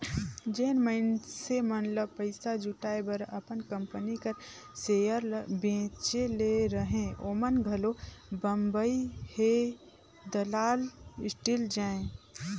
जेन मइनसे मन ल पइसा जुटाए बर अपन कंपनी कर सेयर ल बेंचे ले रहें ओमन घलो बंबई हे दलाल स्टीक जाएं